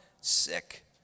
sick